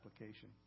application